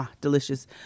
delicious